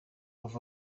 over